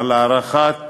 על הארכת